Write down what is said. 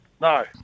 No